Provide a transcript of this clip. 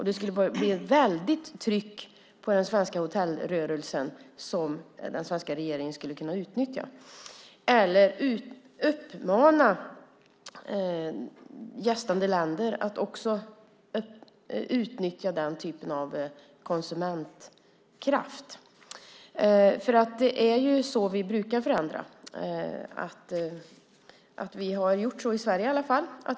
Det skulle bli ett väldigt tryck på den svenska hotellrörelsen, som den svenska regeringen skulle kunna utnyttja. Eller man skulle kunna uppmana gästande länder att också utnyttja den typen av konsumentkraft. Det är så vi brukar förändra. Vi har gjort så i Sverige i alla fall.